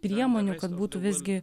priemonių kad būtų visgi